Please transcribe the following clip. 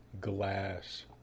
glass